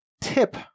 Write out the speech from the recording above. tip